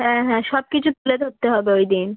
হ্যাঁ হ্যাঁ সব কিছু তুলে ধরতে হবে ওই দিন